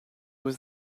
was